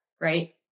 right